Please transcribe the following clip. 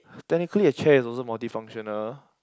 technically a chair is also multi functional